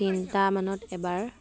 তিনিটামানত এবাৰ